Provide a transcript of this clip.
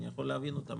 אני יכול להבין אותם.